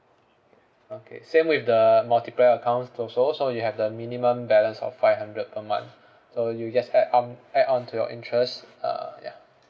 okay same with the multiplier accounts also so you have the minimum balance of five hundred per month so you just add on add on to your interest uh ya